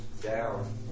down